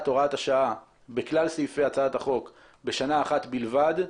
הוראת השעה בכלל סעיפי הצעת החוק בשנה אחת בלבד,